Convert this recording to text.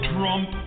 Trump